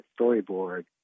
storyboard